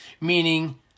meaning